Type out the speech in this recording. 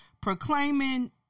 proclaiming